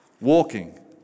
walking